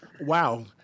wow